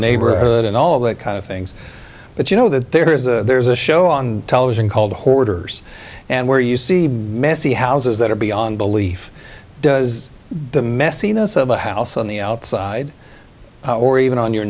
neighborhood and all that kind of things but you know that there is a there's a show on television called hoarders and where you see messy houses that are beyond belief does the messiness of a house on the outside or even on your